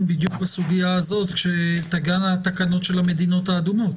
בדיוק בסוגיה הזאת כשתגענה התקנות של המדינות האדומות.